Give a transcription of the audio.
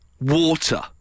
water